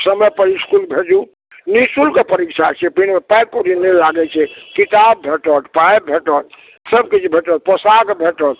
समयपर इसकुल भेजू निःशुल्क परीक्षा छियै पाइ कौड़ी नहि लागैत छै किताब भेटत पाइ भेटत सभकिछु भेटत पोशाक भेटत